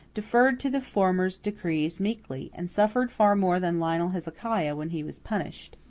deferred to the former's decrees meekly, and suffered far more than lionel hezekiah when he was punished.